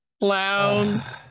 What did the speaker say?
clowns